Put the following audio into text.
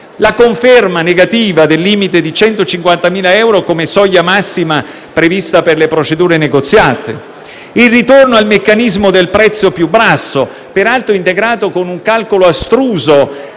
la conferma negativa del limite di 150.000 euro come soglia massima finora prevista per procedure negoziate; il ritorno al meccanismo del prezzo più basso, peraltro integrato con un calcolo astruso